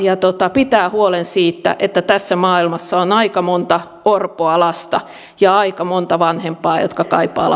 pitävät huolen siitä että tässä maailmassa on aika monta orpoa lasta ja aika monta vanhempaa jotka kaipaavat